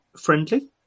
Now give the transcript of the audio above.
friendly